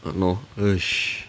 !hannor!